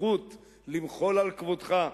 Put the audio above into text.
זכות למחול על כבודך.